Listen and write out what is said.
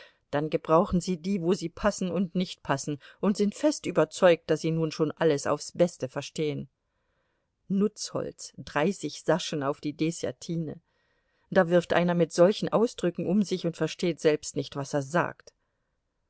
dann gebrauchen sie die wo sie passen und nicht passen und sind fest überzeugt daß sie nun schon alles aufs beste verstehen nutzholz dreißig saschen auf die deßjatine da wirft einer mit solchen ausdrücken um sich und versteht selbst nicht was er sagt